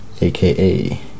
aka